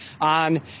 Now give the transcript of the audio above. on